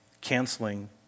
canceling